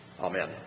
Amen